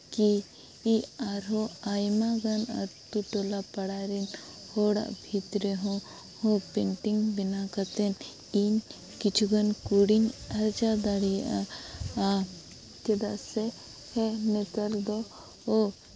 ᱠᱤ ᱟᱨᱦᱚᱸ ᱟᱡ ᱟᱭᱢᱟᱜᱟᱱ ᱟᱹᱛᱩ ᱴᱚᱞᱟ ᱯᱟᱲᱟ ᱨᱮᱱ ᱦᱚᱲᱟᱜ ᱵᱷᱤᱛ ᱨᱮᱦᱚᱸ ᱯᱮᱱᱴᱤᱝ ᱵᱮᱱᱟᱣ ᱠᱟᱛᱮᱫ ᱤᱧ ᱠᱤᱪᱷᱩᱜᱟᱱ ᱠᱟᱹᱣᱰᱤᱧ ᱟᱨᱡᱟᱣ ᱫᱟᱲᱮᱭᱟᱜᱼᱟ ᱪᱮᱫᱟᱜ ᱥᱮ ᱦᱮᱸ ᱱᱮᱛᱟᱨ ᱫᱚ ᱳ